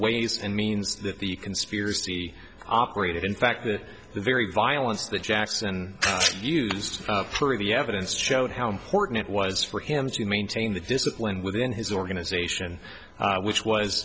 ways and means that the conspiracy operated in fact that the very violence that jackson used for the evidence showed how important it was for him to maintain the discipline within his organization which was